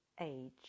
age